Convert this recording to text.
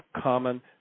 common